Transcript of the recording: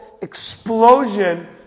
explosion